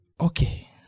okay